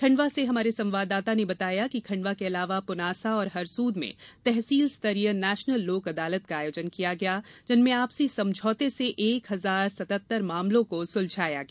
खंडवा से हमारे संवाददाता ने बताया कि खंडवा के अलावा पुनासा और हरसूद में तहसील स्तरीय नेशनल लोक अदालत का आयोजन किया गया जिनमें आपसी समझौते से एक हजार सतहत्तर मामलों को सुलझाया गया